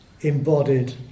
embodied